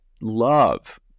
love